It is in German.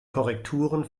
korrekturen